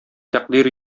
тәкъдир